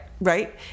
Right